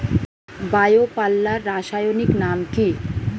Bio পাল্লার রাসায়নিক নাম কি?